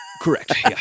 Correct